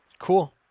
cool